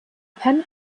pen